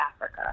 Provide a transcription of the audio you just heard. Africa